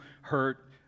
hurt